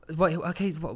okay